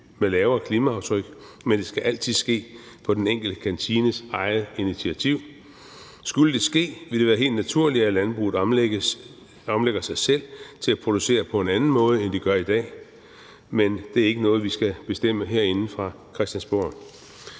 et lavere klimaaftryk, men det skal altid ske på den enkelte kantines eget initiativ. Skulle det ske, vil det være helt naturligt, at landbruget omlægger sig selv til at producere på en anden måde, end de gør i dag, men det er ikke noget, vi skal bestemme herinde fra Christiansborg.